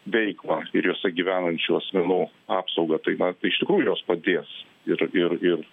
veiklą ir juose gyvenančių asmenų apsaugą tai na iš tikrųjų jos padės ir ir ir